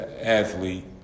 athlete